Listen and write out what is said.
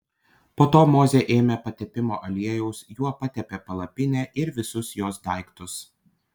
po to mozė ėmė patepimo aliejaus juo patepė palapinę ir visus jos daiktus